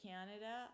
Canada